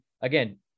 again